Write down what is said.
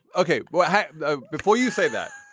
okay. well ah before you say that